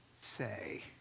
say